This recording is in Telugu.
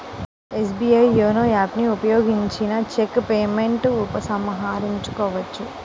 ఎస్బీఐ యోనో యాప్ ను ఉపయోగించిన చెక్ పేమెంట్ ఉపసంహరించుకోవచ్చు